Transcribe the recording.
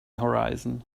horizon